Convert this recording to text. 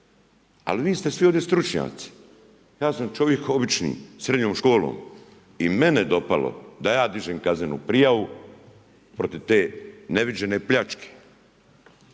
Ali niste svi ovdje stručnjaci. Ja sam čovjek obično sa srednjom školom i mene dopalo da ja dižem kaznenu prijavu protiv te neviđene pljačke.